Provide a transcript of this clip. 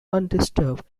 undisturbed